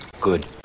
Good